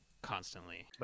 Constantly